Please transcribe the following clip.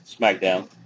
SmackDown